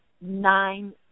nine